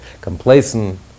complacent